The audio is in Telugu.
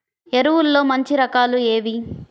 ఎరువుల్లో మంచి రకాలు ఏవి?